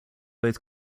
both